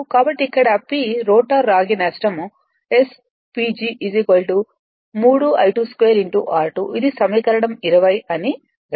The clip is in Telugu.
కాబట్టి ఇక్కడ p రోటర్ రాగి నష్టం S PG 3 I2 2 r2 ఇది సమీకరణం 20 అని వ్రాయవచ్చు